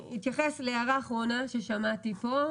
אני אתייחס להערה אחרונה ששמעתי כאן,